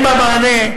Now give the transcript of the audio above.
במענה,